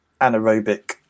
anaerobic